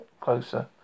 closer